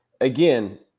again